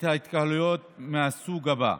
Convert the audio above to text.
את ההתקהלות מהסוג הבא: